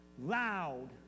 loud